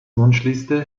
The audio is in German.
wunschliste